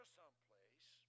someplace